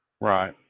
Right